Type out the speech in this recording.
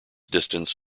distance